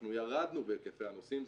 אנחנו ירדנו בהיקפי הנוסעים,